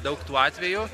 daug tų atvejų